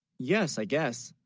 yes i guess,